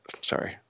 Sorry